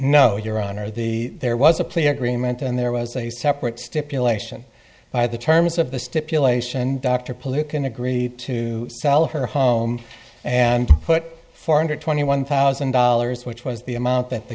no your honor the there was a plea agreement and there was a separate stipulation by the terms of the stipulation dr politiken agreed to sell her home and put four hundred twenty one thousand dollars which was the amount that the